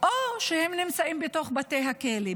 או שהם נמצאים בתוך הכלא.